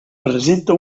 presenta